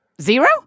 Zero